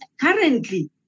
currently